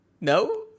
no